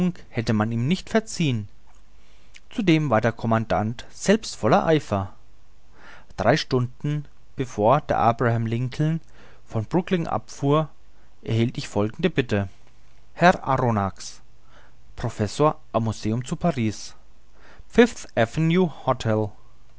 hätte man ihm nicht verziehen zudem war der commandant selbst voll eifer drei stunden bevor der abraham lincoln von brooklyn abfuhr erhielt ich folgendes billet herrn arronax professor am museum zu paris